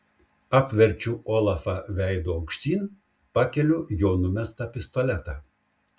apverčiu olafą veidu aukštyn pakeliu jo numestą pistoletą